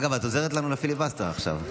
אגב, את עוזרת לנו לפיליבסטר עכשיו.